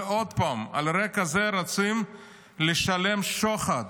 ועוד פעם: על רקע זה רצים לשלם שוחד